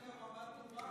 תיקנו למרות